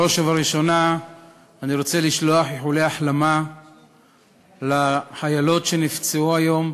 בראש ובראשונה אני רוצה לשלוח איחולי החלמה לחיילות שנפצעו היום.